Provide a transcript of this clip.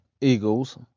Eagles